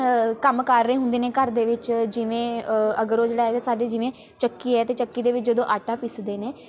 ਕੰਮ ਕਰ ਰਹੇ ਹੁੰਦੇ ਨੇ ਘਰ ਦੇ ਵਿੱਚ ਜਿਵੇਂ ਅਗਰ ਉਹ ਜਿਹੜਾ ਸਾਡੇ ਜਿਵੇਂ ਚੱਕੀ ਹੈ ਅਤੇ ਚੱਕੀ ਦੇ ਵਿੱਚ ਜਦੋਂ ਆਟਾ ਪੀਸਦੇ ਨੇ